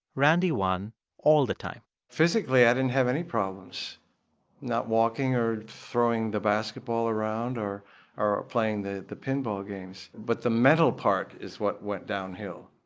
randy won all the time physically, i didn't have any problems not walking or throwing the basketball around or or playing the the pinball games. but the mental part is what went downhill.